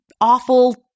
awful –